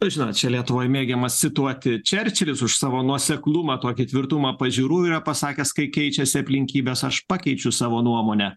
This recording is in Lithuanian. nu žinot čia lietuvoj mėgiamas cituoti čerčilis už savo nuoseklumą tokį tvirtumą pažiūrų yra pasakęs kai keičiasi aplinkybės aš pakeičiu savo nuomonę